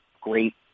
great